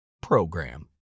program